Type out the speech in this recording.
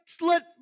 let